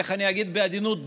איך אני אגיד בעדינות?